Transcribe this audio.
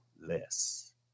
less